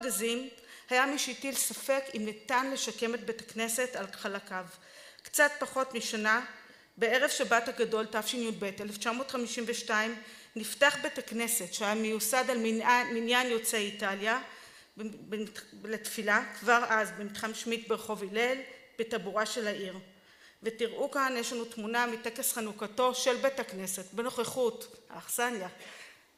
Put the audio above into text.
הגזים היה מי שהטיל ספק אם ניתן לשקם את בית הכנסת על חלקיו. קצת פחות משנה, בערב שבת הגדול תשי"ב, 1952, נפתח בית הכנסת שהיה מיוסד על מניין יוצאי איטליה לתפילה, כבר אז במתחם שמיט ברחוב הילל, בטבורה של העיר. ותראו כאן, יש לנו תמונה מטקס חנוכתו של בית הכנסת, בנוכחות האחסניה.